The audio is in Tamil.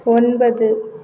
ஒன்பது